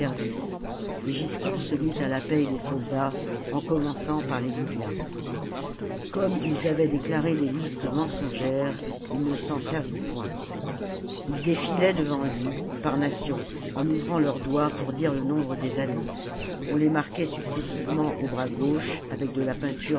se mit à la paye des soldats en commençant par les libyens comme ils avaient déclaré les listes mensongères il ne s'en servit point ils défilaient devant lui par nations en ouvrant leurs doigts pour dire le nombre des années on les marquait successivement au bras gauche avec de la peinture